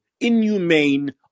inhumane